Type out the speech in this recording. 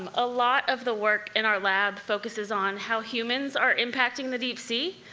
um a lot of the work in our lab focuses on how humans are impacting the deep sea.